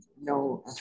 no